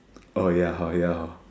oh ya oh ya hor